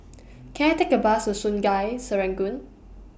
Can I Take A Bus to Sungei Serangoon